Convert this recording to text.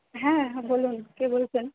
হ্যাঁ হ্যাঁ বলুন কে বলছেন